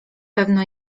pewno